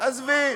עזבי,